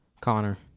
Connor